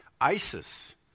ISIS